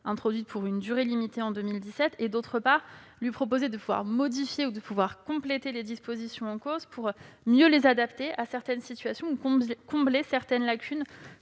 introduites pour une durée limitée en 2017 et, d'autre part, qu'il puisse modifier ou compléter les dispositions en cause pour mieux les adapter à certaines situations ou combler certaines lacunes